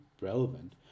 relevant